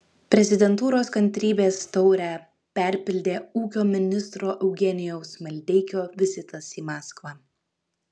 prezidentūros kantrybės taurę perpildė ūkio ministro eugenijaus maldeikio vizitas į maskvą